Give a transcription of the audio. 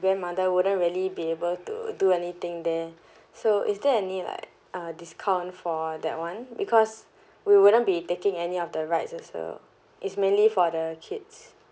grandmother wouldn't really be able to do anything there so is there any like uh discount for that one because we wouldn't be taking any of the rides as well it's mainly for the kids